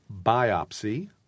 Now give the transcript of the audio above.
biopsy